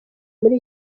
muri